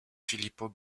filippo